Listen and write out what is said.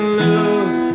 love